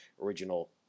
original